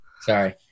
Sorry